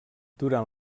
durant